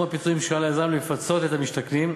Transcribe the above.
הפיצויים שעל היזם לפצות בו את המשתכנים.